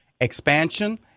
expansion